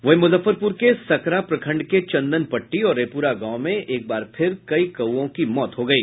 वहीं मुजफ्फरपुर के सकरा प्रखंड के चंदनपट्टी और रेपुरा गांव में एक बार फिर कई कौओं की मौत हो गयी